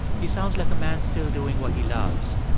he sounds like a man still doing what he loves,